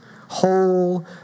whole